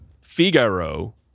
Figaro